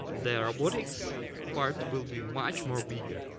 the robotics part will be much more bigger.